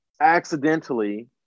accidentally